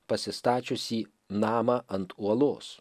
pasistačiusį namą ant uolos